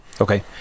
okay